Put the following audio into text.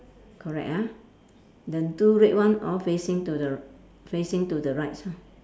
correct ah the two red one all facing to the r~ facing to the right si~